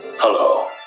Hello